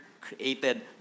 created